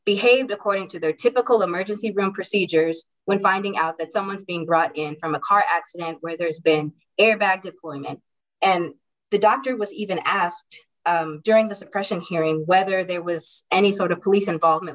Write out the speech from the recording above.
behaved according to their typical emergency room procedures when finding out that someone's being brought in from a car accident where there's been air back to and the doctor was even asked during the suppression hearing whether there was any sort of police involvement